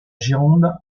gironde